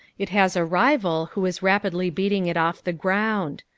it has a rival who is rapidly beating it off the ground.